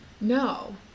No